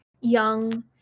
young